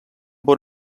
bon